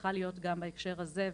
צריכה להיות גם בהקשר הזה,